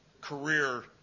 career